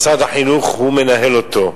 משרד החינוך הוא מנהל אותם.